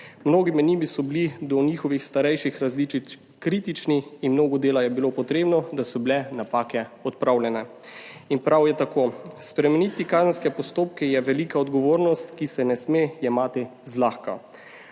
Mnogi med njimi so bili do starejših različic kritični in mnogo dela je bilo potrebnega, da so bile napake odpravljene. In prav je tako. Spremeniti kazenske postopke je velika odgovornost, ki se je ne sme jemati zlahka.